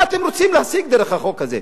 מה אתם רוצים להשיג דרך החוק הזה?